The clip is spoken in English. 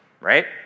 right